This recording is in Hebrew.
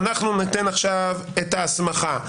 אנחנו נתן עכשיו את ההסמכה,